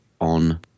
on